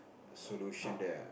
solution there ah